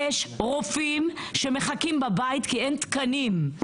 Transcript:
יש רופאים שמחכים בבית, כי אין תקנים.